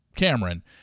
Cameron